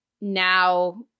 now